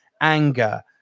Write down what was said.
anger